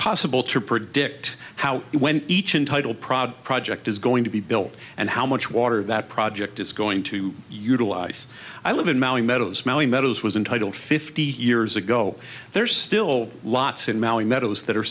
possible to predict how when each untitled proud project is going to be built and how much water that project is going to utilize i live in mowing meadows mowing meadows was entitled fifty years ago there's still lots in mowing meadows that are